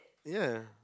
ya